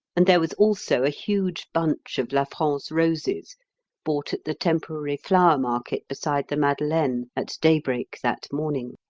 and there was also a huge bunch of la france roses bought at the temporary flower market beside the madeleine at daybreak that morning.